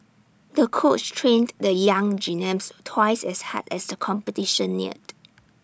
the coach trained the young gymnast twice as hard as the competition neared